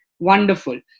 Wonderful